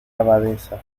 abadesa